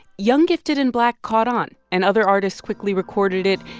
young, gifted and black caught on, and other artists quickly recorded it,